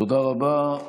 תודה רבה.